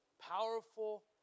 powerful